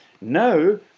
Now